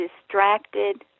distracted